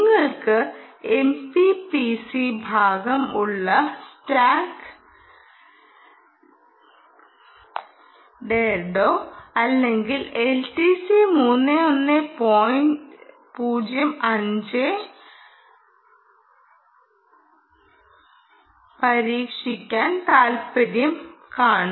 നിങ്ങൾക്ക് എംപിപിസി ഭാഗം ഉള്ള സ്റ്റാൻഡേർഡോ അല്ലെങ്കിൽ എൽടിസി 3105വോ പരീക്ഷിക്കാർ താല്പര്യം കാണും